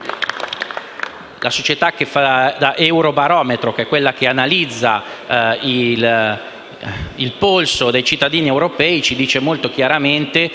la società che fa da euro-barometro, che analizza il polso dei cittadini europei, ci dice molto chiaramente,